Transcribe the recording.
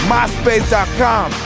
Myspace.com